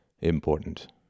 important